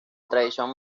tradición